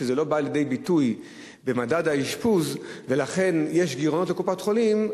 שזה לא בא לידי ביטוי במדד האשפוז ולכן יש גירעונות לקופות-החולים,